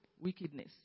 wickedness